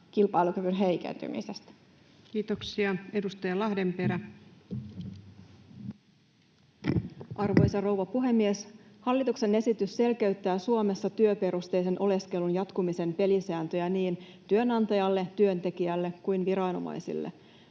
siihen liittyviksi laeiksi Time: 17:26 Content: Arvoisa rouva puhemies! Hallituksen esitys selkeyttää Suomessa työperusteisen oleskelun jatkumisen pelisääntöjä niin työnantajalle, työntekijälle kuin viranomaisille.